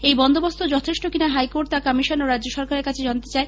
এই বন্দোবস্ত যথেষ্ট কিনা হাইকোর্ট তা কমিশন ও রাজ্য সরকারের কাছে জানতে চায়